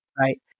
Right